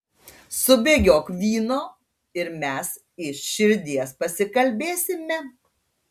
subėgiok vyno ir mes iš širdies pasikalbėsime